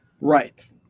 Right